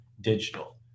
digital